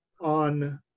on